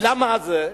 למה זה?